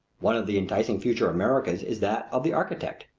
one of the enticing future americas is that of the architect.